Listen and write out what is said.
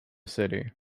city